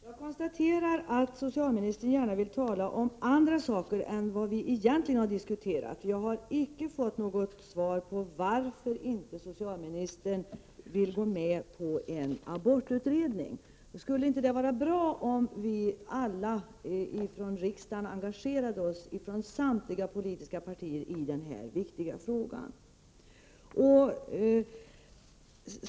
Herr talman! Jag konstaterar att socialministern gärna vill tala om andra saker än det som vi egentligen diskuterar. Jag har icke fått något svar på frågan varför socialministern inte vill gå med på en abortutredning. Skulle det inte vara bra om samtliga politiska partier i riksdagen engagerade sig i den här viktiga frågan?